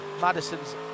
Madison's